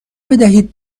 بدهید